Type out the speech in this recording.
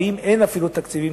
ואם אין אפילו תקציבים,